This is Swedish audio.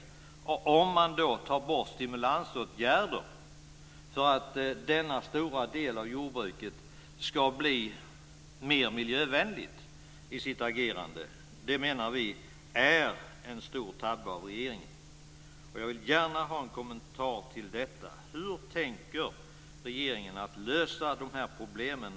Vi menar att det är en stor tabbe av regeringen att ta bort stimulansåtgärder för att denna stora del av jordbruket ska bli mer miljövänligt i sitt agerande. Jag vill gärna ha en kommentar till detta. Hur tänker regeringen lösa de här problemen?